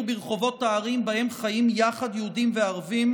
ברחובות הערים שבהן חיים יחד יהודים וערבים,